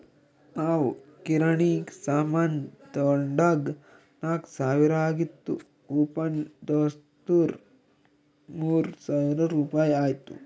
ನಾವ್ ಕಿರಾಣಿ ಸಾಮಾನ್ ತೊಂಡಾಗ್ ನಾಕ್ ಸಾವಿರ ಆಗಿತ್ತು ಕೂಪನ್ ತೋರ್ಸುರ್ ಮೂರ್ ಸಾವಿರ ರುಪಾಯಿ ಆಯ್ತು